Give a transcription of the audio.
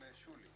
(קנס מינהלי - תכנון משק החלב בישראל)